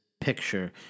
picture